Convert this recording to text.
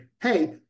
hey